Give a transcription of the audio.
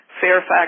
Fairfax